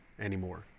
anymore